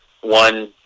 one